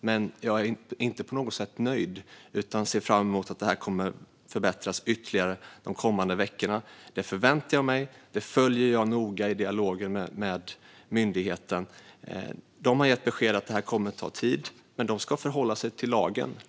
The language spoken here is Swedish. Men jag är inte på något sätt nöjd utan ser fram emot att detta kommer att förbättras ytterligare de kommande veckorna. Det förväntar jag mig, och jag följer detta noga i dialogen med myndigheten. Myndigheten har gett besked om att detta kommer att ta tid, men de ska förhålla sig till lagen.